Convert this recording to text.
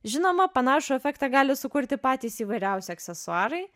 žinoma panašų efektą gali sukurti patys įvairiausi aksesuarai